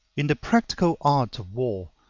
in the practical art of war,